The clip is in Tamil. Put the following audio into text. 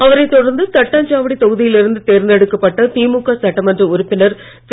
அவரை தொடர்ந்து தட்டாஞ்சாவடி தொகுதியில் இருந்து தேர்ந்தெடுக்கப்பட்ட திமுக சட்டமன்ற உறுப்பினர் திரு